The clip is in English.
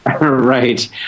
Right